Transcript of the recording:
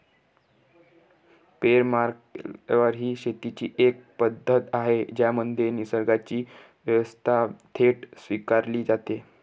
permaculture ही शेतीची एक पद्धत आहे ज्यामध्ये निसर्गाची व्यवस्था थेट स्वीकारली जाते